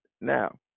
Now